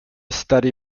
study